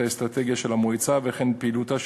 את האסטרטגיה של המועצה ואת פעילותה,